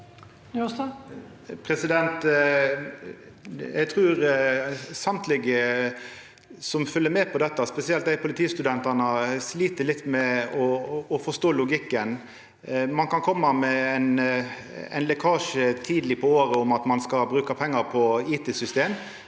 Eg trur alle som følgjer med på dette, spesielt politistudentane, slit litt med å forstå logikken. Ein kan koma med ein lekkasje tidleg på året om at ein skal bruka pengar på IT-system,